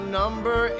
number